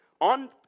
on